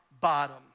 bottom